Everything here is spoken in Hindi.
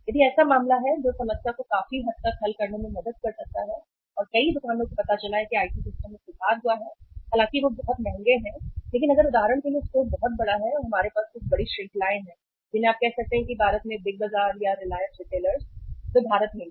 यदि ऐसा मामला है जो समस्या को काफी हद तक हल करने में मदद कर सकता है और कई दुकानों को पता चला है कि आईटी सिस्टम में सुधार हुआ है हालांकि वे बहुत महंगे हैं लेकिन अगर उदाहरण के लिए स्टोर बहुत बड़ा है तो हमारे पास कुछ बड़ी श्रृंखलाएं हैं जिन्हें आप कह सकते हैं भारत में बिग बाजार या रिलायंस रिटेलर्स वे भारत में हैं